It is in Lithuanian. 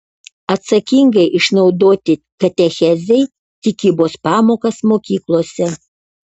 atsakingai išnaudoti katechezei tikybos pamokas mokyklose